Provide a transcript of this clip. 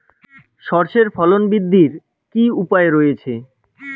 সর্ষের ফলন বৃদ্ধির কি উপায় রয়েছে?